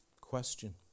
Question